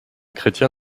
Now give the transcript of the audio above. chrétien